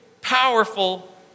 powerful